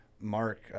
Mark